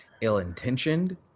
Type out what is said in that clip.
ill-intentioned